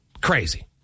Crazy